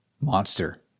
monster